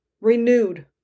renewed